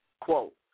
Quote